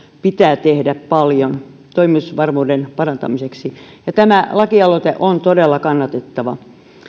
pitää tehdä paljon toimitusvarmuuden parantamiseksi tämä lakialoite on todella kannatettava